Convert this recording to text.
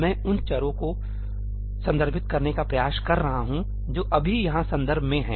मैं उन चरों को संदर्भित करने का प्रयास कर रहा हूं जो अभी यहां संदर्भ में हैं